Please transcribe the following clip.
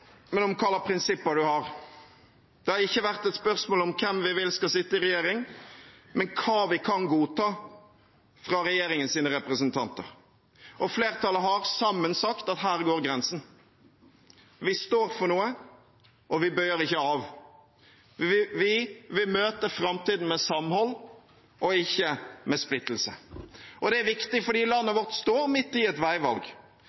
men om hvilke prinsipper man har. Det har ikke vært et spørsmål om hvem vi vil at skal sitte i regjering, men hva vi kan godta fra regjeringens representanter. Flertallet har sammen sagt at her går grensen. Vi står for noe, og vi bøyer ikke av. Vi vil møte framtiden med samhold og ikke med splittelse. Det er viktig fordi landet vårt står midt i et veivalg: